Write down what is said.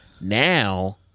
Now